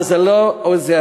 אבל זה לא עוזר.